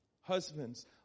Husbands